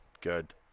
Good